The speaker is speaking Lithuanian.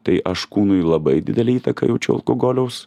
tai aš kūnui labai didelę įtaką jaučiu alkogoliaus